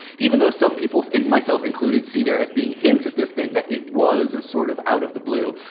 even though some people, and myself included, see there as being hints of this thing, that it was a sort of out of the blue.